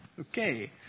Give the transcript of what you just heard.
Okay